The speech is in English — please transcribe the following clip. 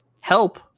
help